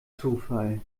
zufall